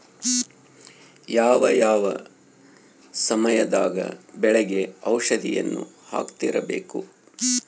ಯಾವ ಯಾವ ಸಮಯದಾಗ ಬೆಳೆಗೆ ಔಷಧಿಯನ್ನು ಹಾಕ್ತಿರಬೇಕು?